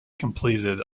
completed